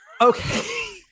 Okay